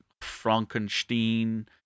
Frankenstein